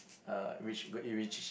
uh which g~ it which